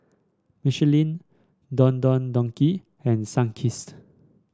Michelin Don Don Donki and Sunkist